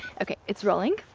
okay, it's rolling.